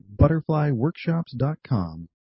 ButterflyWorkshops.com